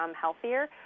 healthier